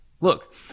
Look